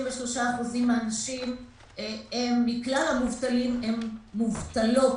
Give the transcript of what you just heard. שכ-63% מכלל המובטלים הם מובטלות,